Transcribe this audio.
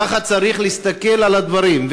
ככה צריך להסתכל על הדברים,